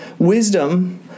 Wisdom